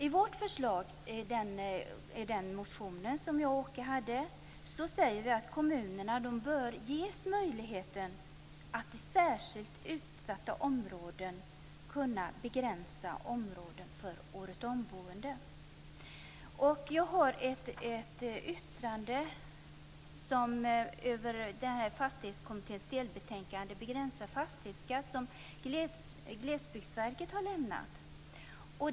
I vårt förslag i min och Åkes motion säger vi att kommunerna bör ges möjligheten att i särskilt utsatta områden begränsa områden för åretruntboende. Jag har ett yttrande över Fastighetskommitténs delbetänkande, Begränsad fastighetsskatt, som Glesbygdsverket har lämnat.